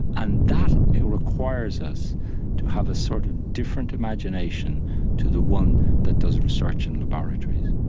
and that requires us to have a sort of different imagination to the one that does research in laboratories.